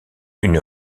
une